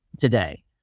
today